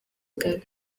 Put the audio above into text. kare